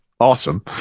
Awesome